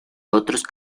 otros